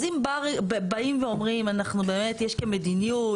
אז אם באים ואומרים אנחנו באמת יש כמדיניות,